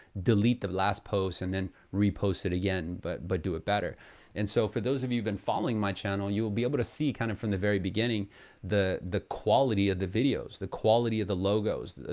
delete the last post, and then repost it again. but but do it better and so, for those of you who've been following my channel, you will be able to see kind of from the very beginning the the quality of the videos, the quality of the logos. the,